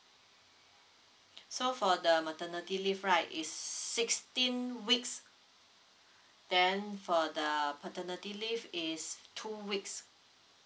so for the maternity leave right is sixteen weeks then for the paternity leave is two weeks